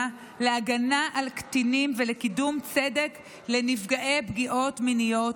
להגנה על קטינים ולקידום צדק לנפגעי פגיעות מיניות,